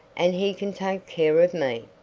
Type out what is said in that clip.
and he can take care of me.